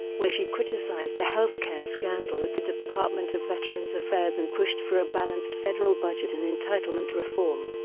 where she criticized the health care scandal at the department of veterans affairs and pushed for a balanced federal budget and entitlement reform.